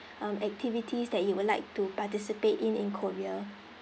um activities that you would like to participate in in korea